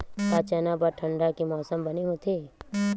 का चना बर ठंडा के मौसम बने होथे?